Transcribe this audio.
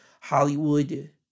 Hollywood